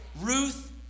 Ruth